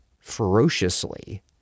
ferociously